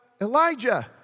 Elijah